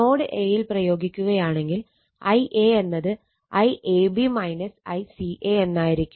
node A യിൽ പ്രയോഗിക്കുകയാണെങ്കിൽ Ia എന്നത് IAB ICA എന്നായിരിക്കും